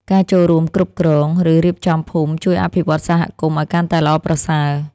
ការចូលរួមគ្រប់គ្រង ឬរៀបចំភូមិជួយអភិវឌ្ឍសហគមន៍ឲ្យកាន់តែល្អប្រសើរ។